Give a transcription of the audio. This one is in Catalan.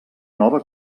nova